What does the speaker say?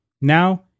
Now